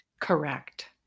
Correct